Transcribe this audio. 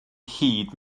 hyd